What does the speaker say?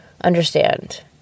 understand